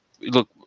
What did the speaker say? Look